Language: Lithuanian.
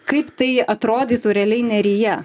kaip tai atrodytų realiai neryje